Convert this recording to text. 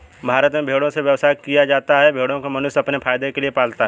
भारत में भेड़ों से व्यवसाय किया जाता है भेड़ों को मनुष्य अपने फायदे के लिए पालता है